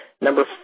Number